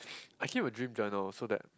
I keep a dream journal so that